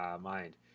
mind